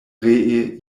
ree